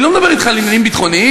אני לא מדבר אתך על עניינים ביטחוניים,